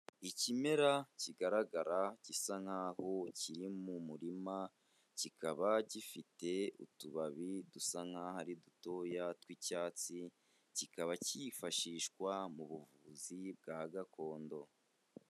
Ikimera kigaragara gisa nk'aho kiri mu murima, kikaba gifite utubabi dusa nk'aho ari dutoya tw'icyatsi, kikaba kifashishwa mu buvuzi bwa gakondo.